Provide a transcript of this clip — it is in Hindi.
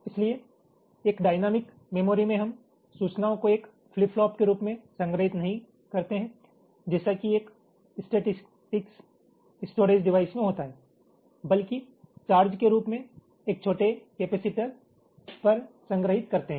इसलिए एक डायनामिक मेमोरी में हम सूचनाओं को एक फ्लिप फ्लॉप के रूप में संग्रहीत नहीं करते हैं जैसा कि एक स्टेटिक्स स्टोरेज डिवाइस में होता है बल्कि चार्ज के रूप में एक छोटे केपेसिटर पर संग्रहीत करते है